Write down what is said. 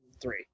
Three